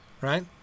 right